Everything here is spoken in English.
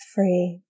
Free